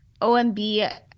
OMB